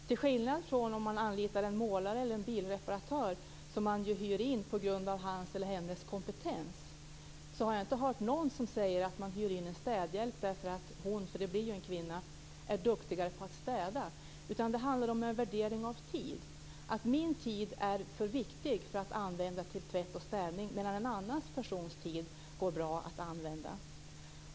Till skillnad från om man anlitar en målare eller en bilreparatör, som man ju hyr in på grund av hans eller hennes kompetens, har jag inte hört någon som säger att man hyr in en städhjälp därför att hon - för det blir ju en kvinna - är duktigare på att städa. Vad det handlar om är värdering av tid, att min tid är för viktig för att använda till tvätt och städning, medan en annan persons tid går bra att använda.